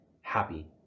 happy